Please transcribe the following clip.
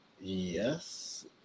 Yes